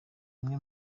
imwe